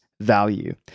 value